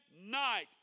night